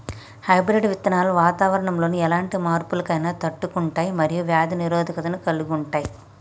hybrid విత్తనాలు వాతావరణంలోని ఎలాంటి మార్పులనైనా తట్టుకుంటయ్ మరియు వ్యాధి నిరోధకతను కలిగుంటయ్